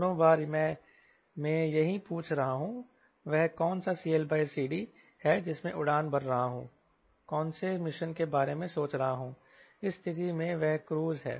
दोनों बार में यही पूछ रहा हूं वह कौन सा CLCD है जिसमें उड़ान भर रहा हूं कौनसे मिशन के बारे में सोच रहा हूं इस स्थिति में वह क्रूज है